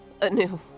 anew